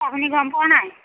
আপুনি গম পোৱা নাই